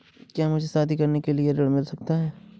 क्या मुझे शादी करने के लिए ऋण मिल सकता है?